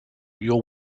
your